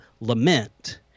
lament